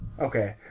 Okay